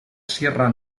sierra